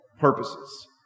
purposes